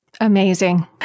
Amazing